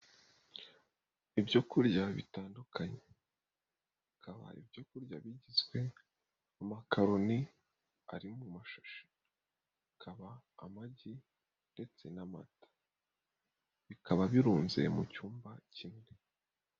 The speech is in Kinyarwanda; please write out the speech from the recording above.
Ibyo kurya bitandukanye hakaba ibyo kurya bigizwe amakaroni ari mu mashashi. Hakaba amagi ndetse n'amata, bikaba birunze mu cyumba kimwe.